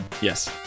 Yes